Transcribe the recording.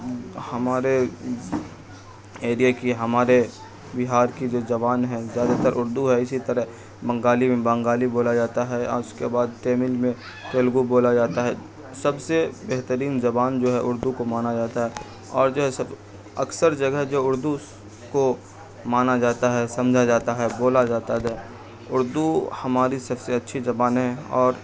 ہمارے ایرئے کی ہمارے بہار کی جو زبان ہے زیادہ تر اردو ہے اسی طرح بنگال میں بنگالی بولا جاتا ہے اور اس کے بعد تمل میں تیلگو بولا جاتا ہے سب سے بہترین زبان جو ہے اردو کو مانا جاتا ہے اور جو ہے سب اکثر جگہ جو اردو کو مانا جاتا ہے سمجھا جاتا ہے بولا جاتا دے اردو ہماری سب سے اچھی زبان ہے اور